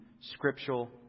scriptural